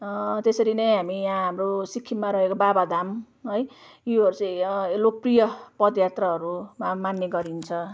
त्यसरी नै हामी यहाँ हाम्रो सिक्किममा रहेको बाबाधाम है योहरू चाहिँ यो लोकप्रिय पदयात्राहरू मान्ने गरिन्छ